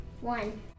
One